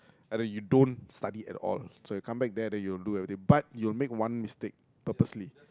and then you don't study at all so you come back there then you will do everything but you will make one mistake purposely